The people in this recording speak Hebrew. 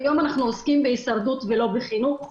היום אנחנו עוסקים בהישרדות ולא בחינוך.